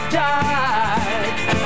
died